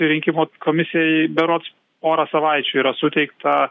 rinkimų komisijai berods pora savaičių yra suteikta